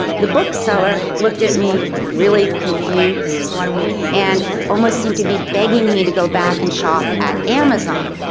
the book seller looked at me really confused and almost seemed to be begging me to go back and shop at amazon.